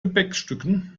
gepäckstücken